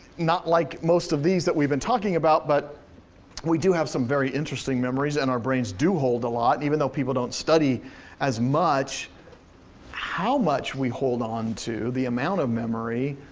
not like most of these that we've been talking about, but we do have some very interesting memories, and our brains do hold a lot, even though people don't study as much how much we hold on to, the amount of memory.